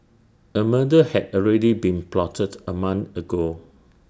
A murder had already been plotted A month ago